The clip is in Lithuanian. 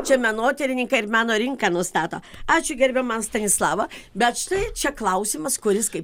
čia menotyrininkai ir meno rinka nustato ačiū gerbiama stanislava bet štai čia klausimas kuris kaip